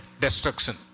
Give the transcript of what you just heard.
destruction